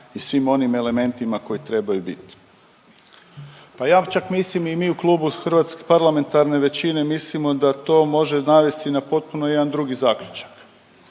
i svim onim elementima koji trebaju bit. Pa ja čak mislim i u mu klubu parlamentarne većine mislimo da to može navesti na potpuno jedan drugi zaključak,